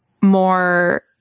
more